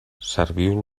serviu